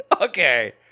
Okay